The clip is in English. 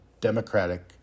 Democratic